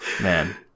man